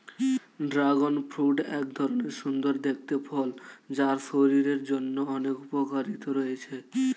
dragon fruit এক ধরণের সুন্দর দেখতে ফল যার শরীরের জন্য অনেক উপকারিতা রয়েছে